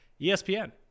espn